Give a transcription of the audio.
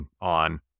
on